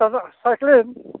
सायख्लिन